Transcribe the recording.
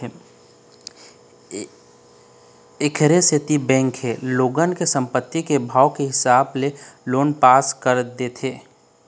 एखरे सेती बेंक ह लोगन के संपत्ति के भाव के हिसाब ले लोन पास कर देथे